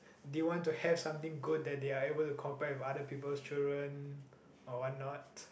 they want to have something good that they are able to compare with other people's children or what not